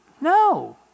No